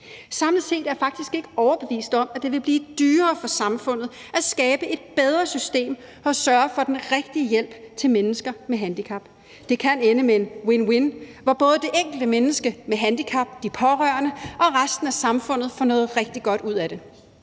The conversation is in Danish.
Samlet set er jeg faktisk ikke overbevist om, at det vil blive dyrere for samfundet at skabe et bedre system og sørge for den rigtige hjælp til mennesker med handicap. Det kan ende med en win-win, hvor både det enkelte menneske med handicap, de pårørende og resten af samfundet får noget rigtig godt ud af det.